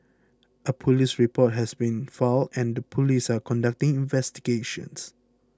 a police report has been filed and the police are conducting investigations